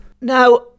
now